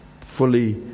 fully